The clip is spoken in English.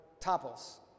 topples